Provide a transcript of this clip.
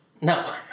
no